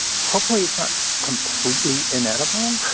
hopefully, it's not completely inedible.